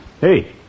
Hey